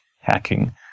hacking